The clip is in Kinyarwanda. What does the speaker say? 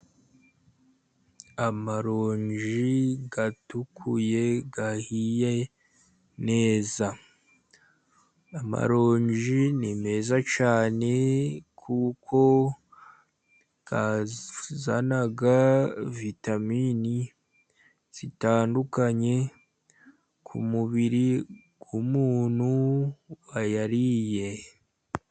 Amaronji atukuye ahiye neza, amaronji ni meza cyane, kuko azana vitamini zitandukanye ku mubiri w'umuntu wayariye.